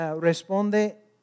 responde